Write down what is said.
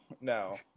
no